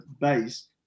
base